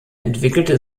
entwickelte